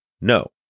No